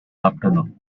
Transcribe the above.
afternoon